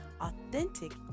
authentic